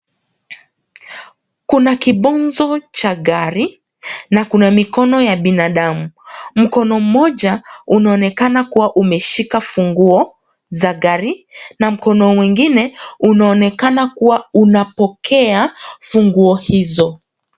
Kuna kibunzo cha gari na kuna mikono ya binadamu. Mkono mmoja unaonekana kuwa umeshika funguo za gari na mkono mwingine unaonekana kuwa unapokea funguo hizo.